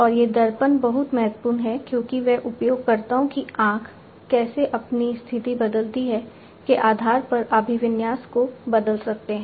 और ये दर्पण बहुत महत्वपूर्ण हैं क्योंकि वे उपयोगकर्ताओं की आंख कैसे अपनी स्थिति बदलती है के आधार पर अभिविन्यास को बदल सकते हैं